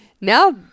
now